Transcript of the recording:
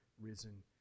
risen